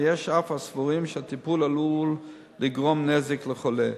ויש אף הסבורים שהטיפול עלול לגרום נזק לחולה.